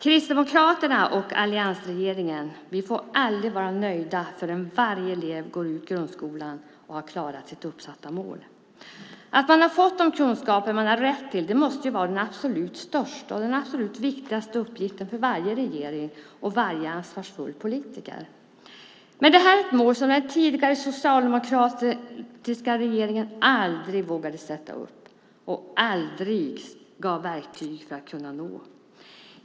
Kristdemokraterna och alliansregeringen får aldrig vara nöjda förrän varje elev går ut grundskolan och har klarat sitt uppsatta mål. Att man har fått de kunskaper man har rätt till måste vara den absolut största och viktigaste uppgiften för varje regering och varje ansvarsfull politiker. Men detta är ett mål som den tidigare socialdemokratiska regeringen aldrig vågade sätta upp och aldrig gav verktyg för att kunna nå.